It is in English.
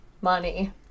money